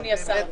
אדוני השר,